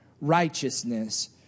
righteousness